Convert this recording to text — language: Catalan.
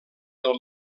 del